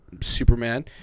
Superman